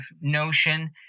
notion